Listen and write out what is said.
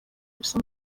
ubusa